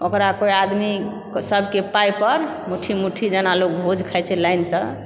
ओकरा कोई आदमी सभकेँ पाइ र मुट्ठी मुट्ठी जेना लोक भोज खाइ छै लाइनसँ